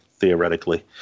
theoretically